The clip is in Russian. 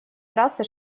трассы